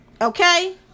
okay